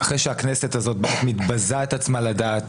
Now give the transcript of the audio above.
אחרי שהכנסת הזאת מתבזה את עצמה לדעת,